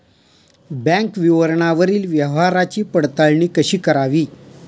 Bank विवरणावरील व्यवहाराची पडताळणी कशी करावी?